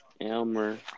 Elmer